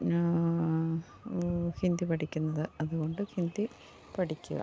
പിന്നാ ഹിന്ദി പഠിക്കുന്നത് അതു കൊണ്ട് ഹിന്ദി പഠിക്കുക